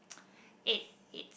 eight